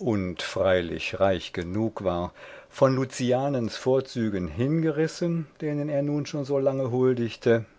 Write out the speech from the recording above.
und freilich reich genug war von lucianens vorzügen hingerissen denen er nun schon so lange huldigte